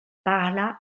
parla